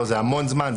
זה המון זמן,